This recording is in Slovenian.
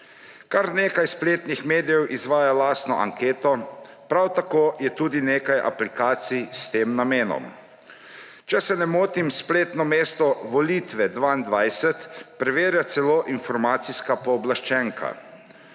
Kar nekaj spletnih medijev izvaja lastno anketo, prav tako je tudi nekaj aplikacij s tem namenom. Če se ne motim, spletno mesto Volitve 2022 preverja celo informacijska pooblaščenka.